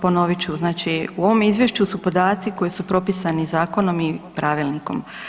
Ponovit ću, znači u ovom izvješću su podaci koji su propisani zakonom i pravilnikom.